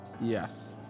Yes